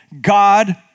God